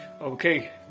Okay